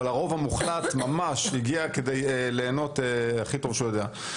אבל הרוב המוחלט הגיע כדי ליהנות הכי טוב שהוא יודע.